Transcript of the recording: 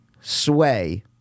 Sway